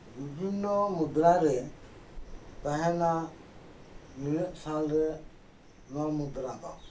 ᱵᱤᱵᱷᱤᱱᱱᱚ ᱢᱩᱫᱽᱨᱟ ᱨᱮ ᱛᱟᱦᱮᱱᱟ ᱱᱤᱱᱟᱹᱜ ᱥᱟᱞ ᱨᱮ ᱱᱚᱣᱟ ᱢᱩᱫᱽᱨᱟ